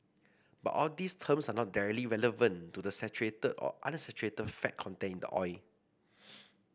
but all these terms are not directly relevant to the saturated or unsaturated fat content in the oil